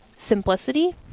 Simplicity